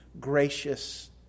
gracious